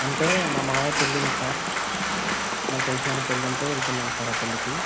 అంటే మా మామయ్య పెళ్ళు ఉంది సార్ మాకు తెలిసిన ఆయన పెళ్ళు ఉంటే వెళ్తున్నాం సార్ ఆ పెళ్ళికి